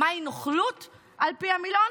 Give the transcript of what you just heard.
מהי נוכלות על פי המילון?